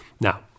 Now